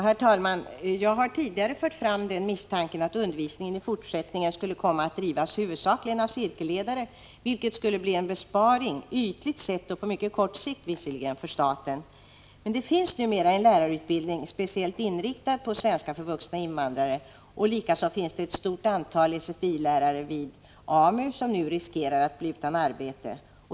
Herr talman! Jag har tidigare fört fram misstanken att undervisningen i fortsättningen skulle komma att bedrivas huvudsakligen av cirkelledare, vilket skulle bli en besparing — ytligt sett och på mycket kort sikt visserligen — för staten. Men det finns numera en lärarutbildning speciellt inriktad på svenska för vuxna invandrare, och likaså finns det ett stort antal SFI-lärare inom AMU, vilka nu riskerar att bli utan arbete.